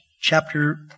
chapter